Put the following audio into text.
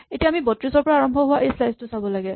এতিয়া আমি ৩২ ৰ পৰা আৰম্ভ হোৱা এই স্লাইচ টো চাব লাগে